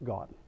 God